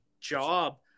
job